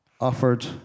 offered